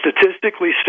statistically